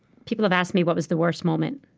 people have asked me what was the worst moment.